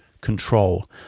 control